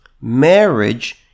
Marriage